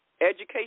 Education